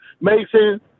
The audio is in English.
Mason